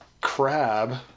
crab